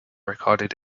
recorded